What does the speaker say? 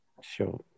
Sure